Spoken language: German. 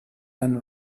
dann